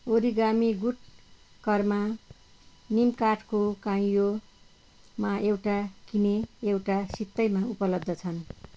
origami good karma निम काठको काइँयोमा एउटा किने एउटा सित्तैमा उपलब्ध छन्